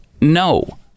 no